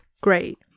great